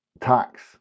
tax